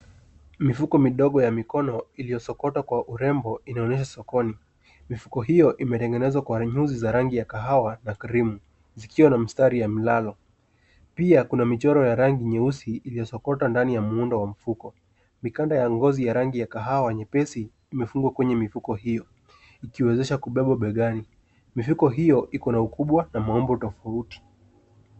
Mifuko midogo ya mikono iliyo sokotwa kwa urembo inaonyesha sokoni. Mifuko hiyo ime tengenezwa kwa nyuzi za rangi ya kahawa na cream zikiwa na mstari wa mlalo pia kuna michoro ya rangi nyeusi iliyo sokotwa ndani ya muundo wa mfuko. Mikanda ya ngozi ya rangi ya kahawa nyepesi imefungwa kwenye mifuko hio, ikiwezasha kubeba begani. Mifuko hio iko na ukubwa na maumbo tofauti.